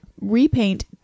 repaint